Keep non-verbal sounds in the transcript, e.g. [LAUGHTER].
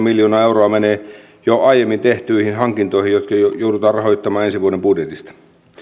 [UNINTELLIGIBLE] miljoonaa euroa menee jo aiemmin tehtyihin hankintoihin jotka joudutaan rahoittamaan ensi vuoden budjetista